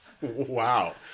wow